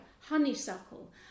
honeysuckle